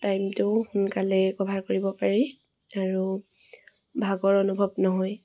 টাইমটো সোনকালে কভাৰ কৰিব পাৰি আৰু ভাগৰ অনুভৱ নহয়